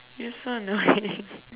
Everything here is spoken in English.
you're so annoying